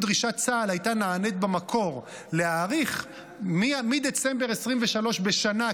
להאריך מדצמבר 2023 בשנה,